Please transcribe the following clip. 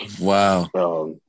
Wow